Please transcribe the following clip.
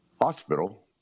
Hospital